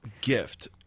gift